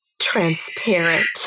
transparent